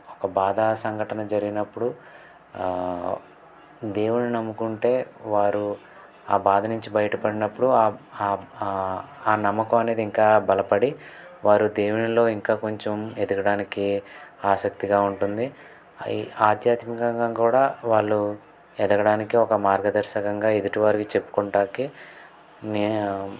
ఒక బాధాకర సంఘటన జరిగినప్పుడు దేవుని నమ్ముకుంటే వారు ఆ బాధ నుంచి బయటపడినప్పుడు ఆ నమ్మకం అనేది ఇంకా బలపడి వారు దేవునిలో ఇంకా కొంచెం ఎదగడానికి ఆసక్తిగా ఉంటుంది ఈ ఆధ్యాత్మికంగా కూడా వాళ్ళు ఎదగడానికి ఒక మార్గదర్శకంగా ఎదుటి వారికి చెప్పుకుంటానికి మే